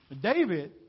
David